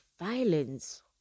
violence